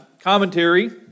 commentary